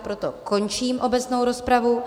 Proto končím obecnou rozpravu.